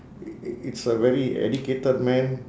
it it it's a very educated man